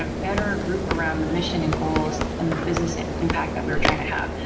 ah better group around the mission and goals and the business impact that we were trying to have.